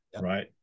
right